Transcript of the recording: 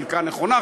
חלקה נכון,